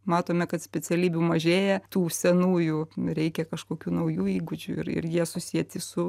matome kad specialybių mažėja tų senųjų reikia kažkokių naujų įgūdžių ir ir jie susieti su